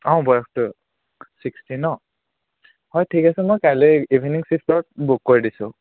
অঁ বয়সটো ছিক্সটি নহ্ হয় ঠিক আছে মই কাইলৈ ইভিনিং ছিফ্টত বুক কৰি দিছোঁ